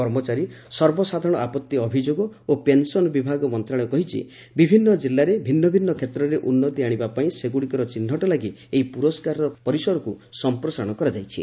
କର୍ମଚାରୀ ସର୍ବସାଧାରଣ ଆପତ୍ତି ଅଭିଯୋଗ ଓ ପେନସନ ବିଭାଗ ମନ୍ତ୍ରଣାଳୟ କହିଛି ବିଭିନ୍ନ ଜିଲ୍ଲାରେ ଭିନ୍ନ ଭିନ୍ନ କ୍ଷେତ୍ରରେ ଉନ୍ନତି ଅଣାଯିବା ପାଇଁ ସେଗୁଡ଼ିକର ଚିହ୍ନଟ ଲାଗି ଏହି ପୁରସ୍କାରର ପରିସରକୁ ସମ୍ପ୍ରସାରଣ କରାଯାଇଛି